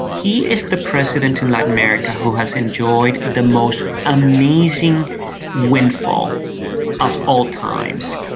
he is the president in latin america who has enjoyed the most amazing windfall of all times.